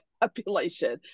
population